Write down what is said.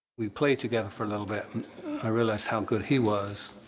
we played together for a little bit, and i realised how good he was.